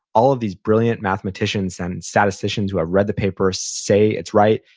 all of these brilliant mathematicians and statisticians who have read the paper say it's right.